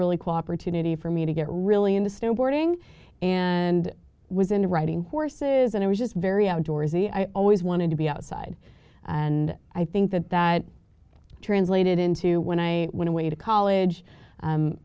really cooperate unity for me to get really in the snow boarding and was into writing courses and i was just very outdoorsy i always wanted to be outside and i think that that translated into when i went away to college a